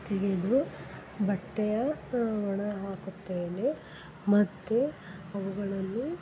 ತೆಗೆದು ಬಟ್ಟೆಯ ಒಣ ಹಾಕುತ್ತೇನೆ ಮತ್ತು ಅವುಗಳನ್ನು